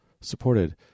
supported